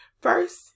First